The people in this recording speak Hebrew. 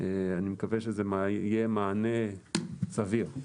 מקווה שזה יהיה מענה סביר.